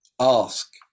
ask